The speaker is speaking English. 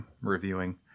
reviewing